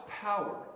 power